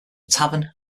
tavern